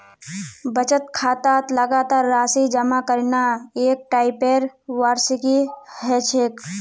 बचत खातात लगातार राशि जमा करना एक टाइपेर वार्षिकी ह छेक